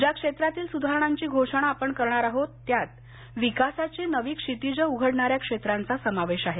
ज्या क्षेत्रातील सुधारणांची घोषणा आपण करणार आहोत त्यात विकासाची नवी क्षितिजे उघडणार्यान क्षेत्रांचा समावेश आहे